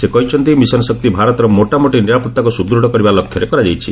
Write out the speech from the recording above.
ସେ କହିଛନ୍ତି' ମିଶନ ଶକ୍ତି ଭାରତର ମୋଟାମୋଟି ନିରାପତ୍ତାକୁ ସୁଦୂତ୍ତ କରିବା ଲକ୍ଷ୍ୟରେ କରାଯାଇଛି